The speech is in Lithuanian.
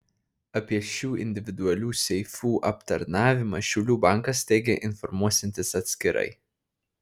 apie šių individualių seifų aptarnavimą šiaulių bankas teigia informuosiantis atskirai